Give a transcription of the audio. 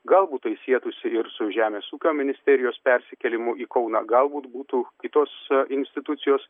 galbūt tai sietųsi ir su žemės ūkio ministerijos persikėlimu į kauną galbūt būtų kitos institucijos